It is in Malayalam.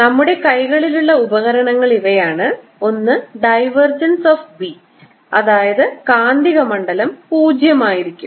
നമ്മുടെ കൈകളിലുള്ള ഉപകരണങ്ങൾ ഇവയാണ് ഒന്ന് ഡൈവർജൻസ് ഓഫ് B അതായത് കാന്തികമണ്ഡലം 0 ആയിരിക്കും